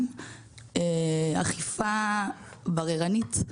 אכיפה בררנית,